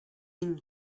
jim